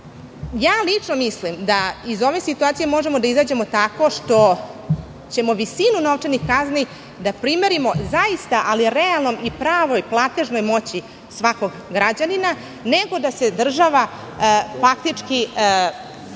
veći. Lično mislim da iz ove situacije možemo da izađemo tako što ćemo visinu novčanih kazni primeriti zaista realnoj i pravoj platežnoj moći svakog građanina, nego da se država faktički